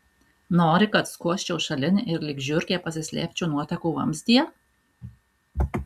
nori kad skuosčiau šalin ir lyg žiurkė pasislėpčiau nuotekų vamzdyje